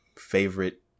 favorite